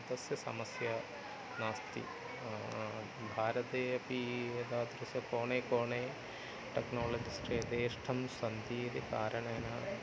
तस्य समस्या नास्ति भारते अपि एतादृशे कोणे कोणे टेक्नाळजिस्ट् यथेष्टं सन्ति इति कारणेन